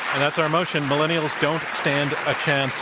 and that's our motion, millennials don't stand a chance.